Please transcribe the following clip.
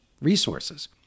resources